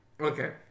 okay